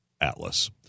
Atlas